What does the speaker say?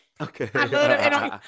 Okay